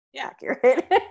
accurate